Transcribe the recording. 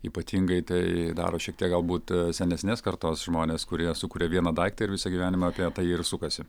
ypatingai tai daro šiek tiek galbūt senesnės kartos žmonės kurie sukuria vieną daiktą ir visą gyvenimą apie tai ir sukasi